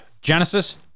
Genesis